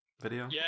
video